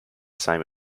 same